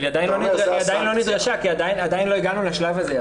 היא עדיין לא נדרשה כי עדיין לא הגענו לשלב הזה.